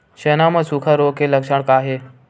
चना म सुखा रोग के लक्षण का हे?